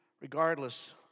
Regardless